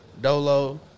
Dolo